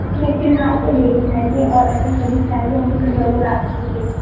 نہیں فی الحال تو یہی چاہیے اور اگر کبھی چاہیے ہوں گی تو ضرور آپ سے ہی لیں گے